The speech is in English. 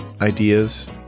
Ideas